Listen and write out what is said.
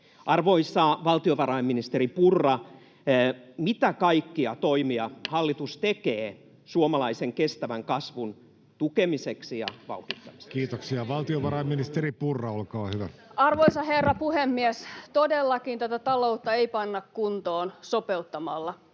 Arvoisa valtiovarainministeri Purra, mitä kaikkia toimia hallitus tekee suomalaisen kestävän kasvun tukemiseksi ja vauhdittamiseksi? Kiitoksia. — Valtiovarainministeri Purra, olkaa hyvä. Arvoisa herra puhemies! Todellakaan tätä taloutta ei panna kuntoon sopeuttamalla,